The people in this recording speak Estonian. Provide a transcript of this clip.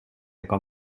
ega